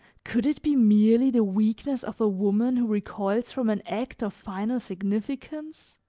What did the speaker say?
could it be merely the weakness of a woman who recoils from an act of final significance?